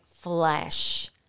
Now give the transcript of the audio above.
flesh